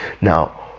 now